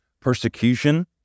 persecution